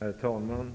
Herr talman!